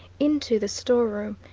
into the store room,